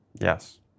Yes